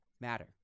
matter